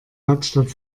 hauptstadt